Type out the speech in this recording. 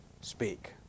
speak